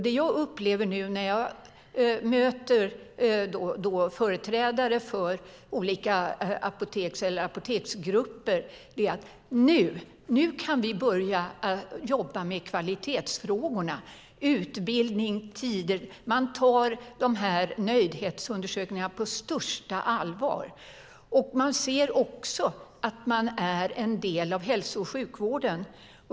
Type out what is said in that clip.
Det jag upplever nu när jag möter företrädare för olika apotek eller apoteksgrupper är att man säger: Nu kan vi börja jobba med kvalitetsfrågorna, utbildning och tider. Man tar de här nöjdhetsundersökningarna på största allvar. Man ser också att man är en del av hälso och sjukvården.